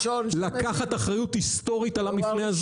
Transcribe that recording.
לקחת אחריות היסטורית על המפנה הזה --- הוא